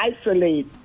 isolate